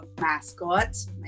mascots